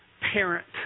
parent